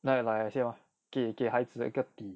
那个 like I say mah 给孩子一个底